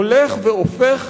הולך והופך